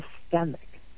systemic